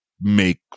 make